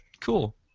cool